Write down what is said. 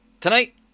tonight